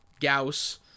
Gauss